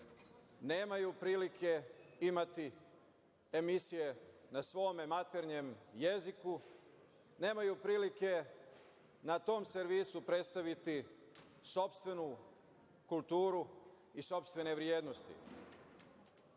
Nemaju prilike imati emisije na svom maternjem jeziku. Nemaju prilike na tom servisu predstaviti sopstvenu kulturu i sopstvene vrednosti. Jedan